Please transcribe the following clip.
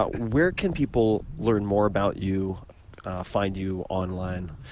where can people learn more about you find you online?